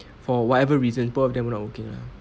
for whatever reason both of them were not working lah okay lah